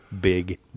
big